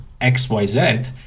XYZ